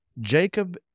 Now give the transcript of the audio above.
Jacob